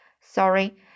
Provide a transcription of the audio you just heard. Sorry